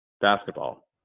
basketball